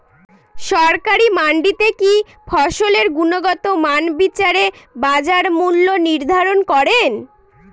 সরকারি মান্ডিতে কি ফসলের গুনগতমান বিচারে বাজার মূল্য নির্ধারণ করেন?